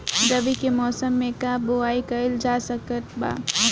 रवि के मौसम में का बोआई कईल जा सकत बा?